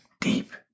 Deep